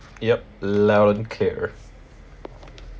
yup loud and clear